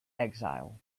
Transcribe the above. exile